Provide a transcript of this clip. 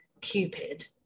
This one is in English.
Cupid